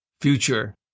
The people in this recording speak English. future